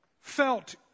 felt